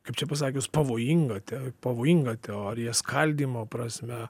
kaip čia pasakius pavojinga te pavojinga teorija skaldymo prasme